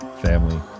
family